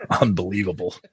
Unbelievable